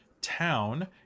town